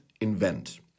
invent